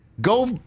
Go